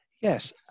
Yes